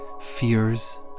fears